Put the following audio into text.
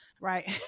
Right